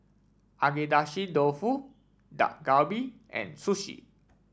Agedashi Dofu Dak Galbi and Sushi